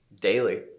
Daily